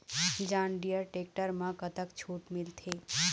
John Deere tractor म कतक छूट मिलथे?